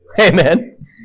Amen